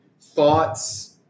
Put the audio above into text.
thoughts